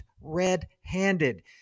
red-handed